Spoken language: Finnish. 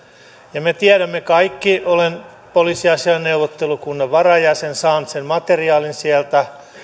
ja me kaikki tiedämme olen poliisiasiain neuvottelukunnan varajäsen saan sen materiaalin sieltä